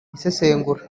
isesengura